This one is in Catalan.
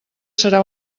serà